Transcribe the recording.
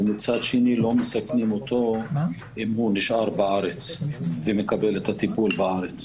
ומצד שני לא מסכנים אותו אם הוא נשאר בארץ ומקבל בארץ את הטיפול.